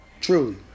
Truly